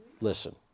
listen